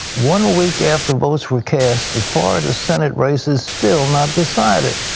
one week after votes were cast, the florida senate race is still not decided.